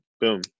boom